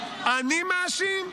אני מאשים.